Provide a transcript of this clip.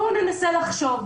בואו ננסה לחשוב.